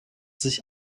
sich